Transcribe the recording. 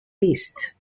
east